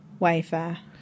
Wayfair